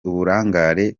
uburangare